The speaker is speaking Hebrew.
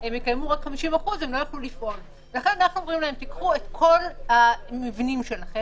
במקום פסקה (6) יבוא: "(6)מקום המשמש לאימון ספורט,